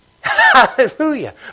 Hallelujah